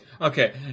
Okay